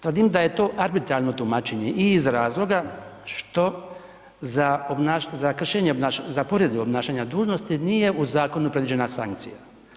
Tvrdim da je to arbitrarno tumačenje i iz razloga što za kršenje povredu obnašanja dužnosti nije u zakonu predviđena sankcija.